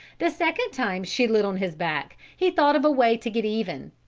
the second time she lit on his back he thought of a way to get even.